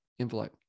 envelope